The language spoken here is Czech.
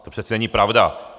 To přece není pravda.